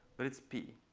but it's p.